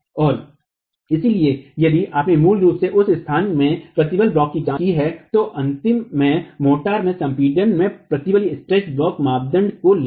और इसलिए यदि आपने मूल रूप से उस स्थान में प्रतिबल ब्लॉक की जांच की है तो अंतिम में मोर्टार में संपीड़न में प्रतिबल ब्लॉक मापदंडों को लाएं